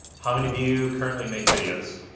how many of you currently make video.